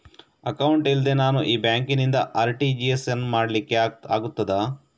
Account ಇಲ್ಲದೆ ನಾನು ಈ ಬ್ಯಾಂಕ್ ನಿಂದ ಆರ್.ಟಿ.ಜಿ.ಎಸ್ ಯನ್ನು ಮಾಡ್ಲಿಕೆ ಆಗುತ್ತದ?